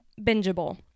bingeable